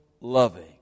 loving